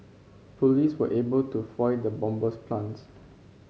police were able to foil the bomber's plans